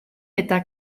eta